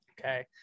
Okay